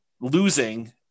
losing